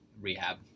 rehab